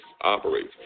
operates